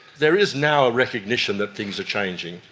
there is now a recognition that things are changing.